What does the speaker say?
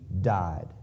died